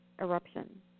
eruption